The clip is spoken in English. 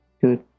good